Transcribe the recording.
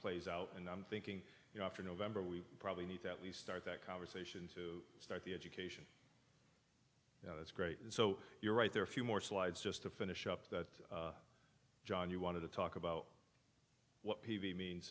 plays out and i'm thinking you know after november we probably need that we start that conversation to start the education you know that's great and so you're right there a few more slides just to finish up that john you wanted to talk about what he means